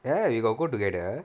ya we got go together